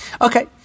Okay